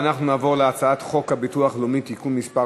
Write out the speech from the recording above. אנחנו נעבור להצעת חוק הביטוח הלאומי (תיקון מס'